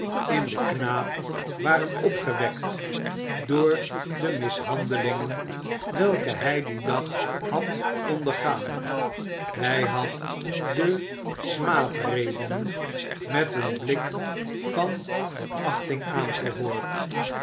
in den knaap waren opgewekt door de mishandelingen welke hij dien dag had ondergaan hij had de smaadredenen met een blik van verachting aangehoord